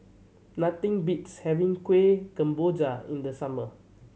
nothing beats having Kuih Kemboja in the summer